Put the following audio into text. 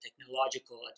technological